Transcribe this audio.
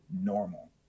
normal